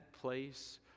place